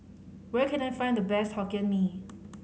where can I find the best Hokkien Mee